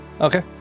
Okay